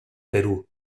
perú